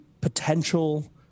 potential